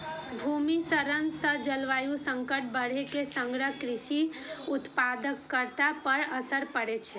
भूमि क्षरण सं जलवायु संकट बढ़ै के संग कृषि उत्पादकता पर असर पड़ै छै